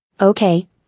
Okay